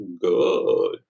good